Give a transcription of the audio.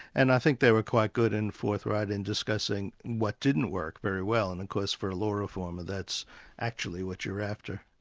and i think they were quite good and forthright in discussing what didn't work very well, and of course for a law reformer that's actually actually what you're after.